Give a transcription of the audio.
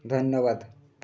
ଧନ୍ୟବାଦ